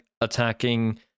attacking